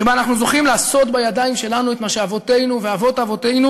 שבה אנחנו זוכים לעשות בידיים שלנו את מה שאבותינו ואבות אבותינו